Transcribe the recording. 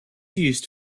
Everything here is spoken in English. used